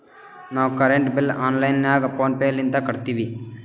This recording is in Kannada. ನಾವು ಕರೆಂಟ್ ಬಿಲ್ ಆನ್ಲೈನ್ ನಾಗ ಫೋನ್ ಪೇ ಲಿಂತ ಕಟ್ಟತ್ತಿವಿ